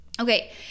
Okay